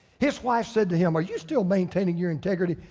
his wife said to him, are you still maintaining your integrity?